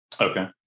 Okay